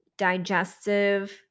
Digestive